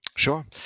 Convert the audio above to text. Sure